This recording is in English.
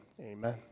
amen